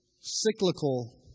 cyclical